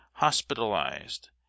hospitalized